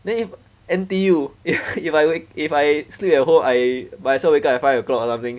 then if N_T_U if I like if I sleep at home I might as well wake up at five o'clock or something